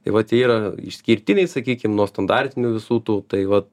tai vat jie yra išskirtiniai sakykim nuo standartinių visų tų tai va